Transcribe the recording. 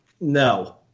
No